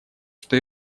что